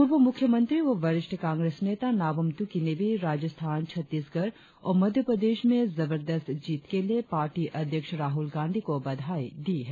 पूर्वमुख्यमंत्री व वरिष्ठ कांग्रेस नेता नाबम तुकी ने भी राजस्थान छत्तीसगढ़ और मध्यप्रदेश में जबरदस्त जीत के लिए पार्टी अध्यक्ष राहुल गांधी को बधाई दी है